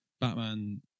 Batman